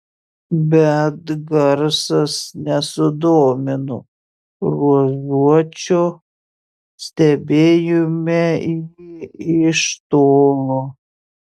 bet garsas nesudomino ruožuočio stebėjome jį iš tolo